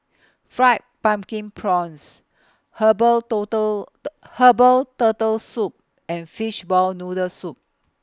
Fried Pumpkin Prawns Herbal Turtle Herbal Turtle Soup and Fishball Noodle Soup